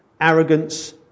arrogance